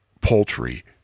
poultry